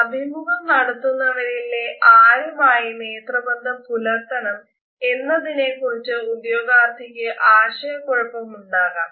അഭിമുഖം നടത്തുന്നവരിലെ ആരുമായി നേത്രബന്ധം പുലർത്തണം എന്നതിനെ കുറിച് ഉദ്യോഗാർത്ഥിക്ക് ആശയ കുഴപ്പം ഉണ്ടാകാം